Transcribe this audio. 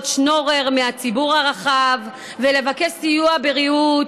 שנורר מהציבור הרחב ולבקש סיוע בריהוט.